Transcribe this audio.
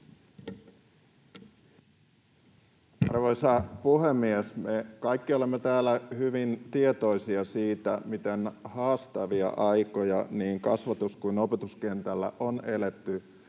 Arvoisa puhemies! Me kaikki olemme täällä hyvin tietoisia siitä, miten haastavia aikoja niin kasvatus- kuin opetuskentällä on eletty